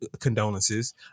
condolences